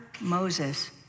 Moses